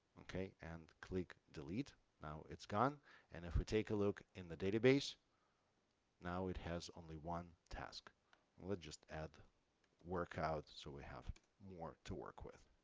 okay and click delete now it's gone and if we take a look in the database now it has only one task let's just add work out so we have more to work with